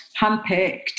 handpicked